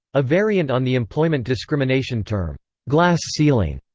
a variant on the employment discrimination term glass ceiling.